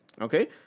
Okay